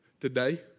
today